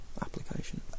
application